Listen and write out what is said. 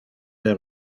pote